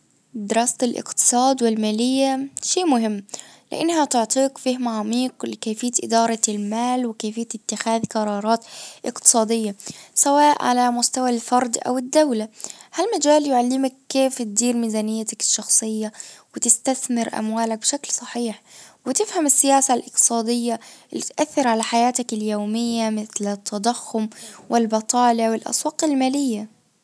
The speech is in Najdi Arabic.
دراسة الاقتصاد والمالية شي مهم. لانها تعطيك فهم عميق لكيفية ادارة المال وكيفية اتخاذ قرارات اقتصادية. سواء على مستوى الفرد او الدولة. هالمجال يعلمك كيف تدير ميزانيتك الشخصية? وتستثمر اموالك بشكل صحيح. وتفهم الاقتصادية اللي تأثر على حياتك اليومية مثل التضخم والبطالة والاسواق المالية.